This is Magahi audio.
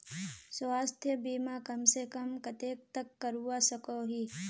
स्वास्थ्य बीमा कम से कम कतेक तक करवा सकोहो ही?